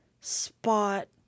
spot